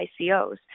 ICOs